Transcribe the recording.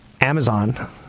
Amazon